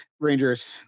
Rangers